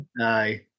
Aye